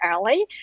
early